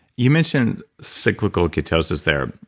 you mentioned cyclical ketosis there,